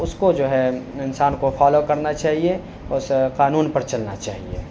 اس کو جو ہے انسان کو فالو کرنا چاہیے اس قانون پر چلنا چاہیے